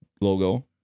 Logo